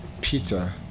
Peter